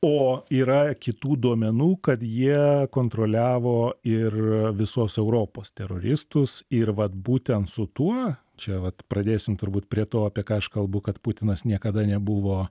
o yra kitų duomenų kad jie kontroliavo ir visos europos teroristus ir vat būtent su tuo čia vat pradėsim turbūt prie to apie ką aš kalbu kad putinas niekada nebuvo